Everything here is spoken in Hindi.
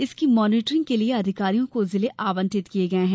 इसकी मॉनीटरिंग के लिए अधिकारियों को जिले आवंटित किए गए हैं